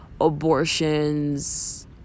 abortions